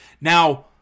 Now